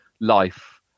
life